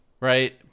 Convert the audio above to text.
right